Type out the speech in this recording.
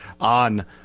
on